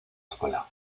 escuela